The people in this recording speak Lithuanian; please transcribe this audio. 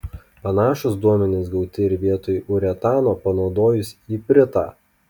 panašūs duomenys gauti ir vietoj uretano panaudojus ipritą